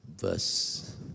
verse